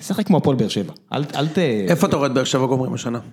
שחק כמו הפועל באר שבע, אל ת... איפה אתה רואה את באר שבע גומרים השנה?